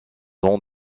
ans